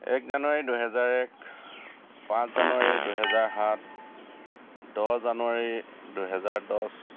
এক জানুৱাৰী দুহেজাৰ এক পাঁচ জানুৱাৰী দুহেজাৰ সাত দহ জানুৱাৰী দুহেজাৰ দছ